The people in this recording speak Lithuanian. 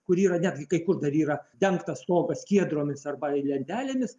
kur yra kai kur dar yra dengtas stogas skiedromis arba lentelėmis